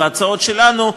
בהצעות שלנו,